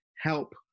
help